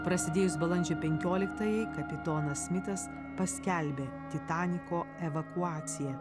prasidėjus balandžio penkioliktajai kapitonas smitas paskelbė titaniko evakuaciją